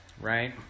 right